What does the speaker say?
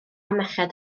merched